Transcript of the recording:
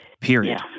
Period